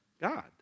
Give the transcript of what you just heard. God